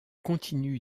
continue